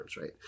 right